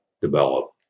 develop